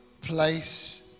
place